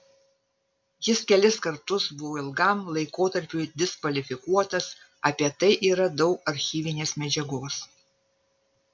jis kelis kartus buvo ilgam laikotarpiui diskvalifikuotas apie tai yra daug archyvinės medžiagos